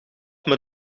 met